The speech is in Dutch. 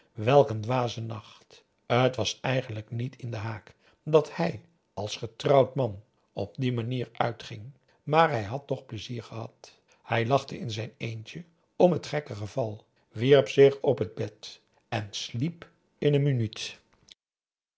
een dwaze nacht t was eigenlijk niet in den haak dat hij als getrouwd man op die manier uitging maar hij had toch pleizier gehad hij lachte in zijn eentje om het gekke geval wierp zich op het bed en sliep in een minuut